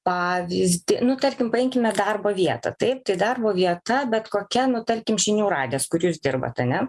pavyzdį nu tarkim paimkime darbo vietą taip tai darbo vieta bet kokia nu tarkim žinių radijas kur jūs dirbat ane